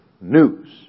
news